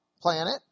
planet